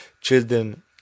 children